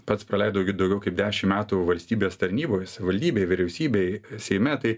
pats praleidau daugiau kaip dešim metų valstybės tarnyboj savaldybėj vyriausybėj seime tai